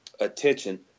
attention